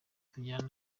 tugirana